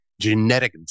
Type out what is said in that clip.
genetic